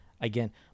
Again